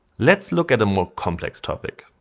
let's look at a more complex topic.